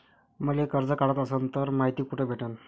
मले कर्ज काढाच असनं तर मायती कुठ भेटनं?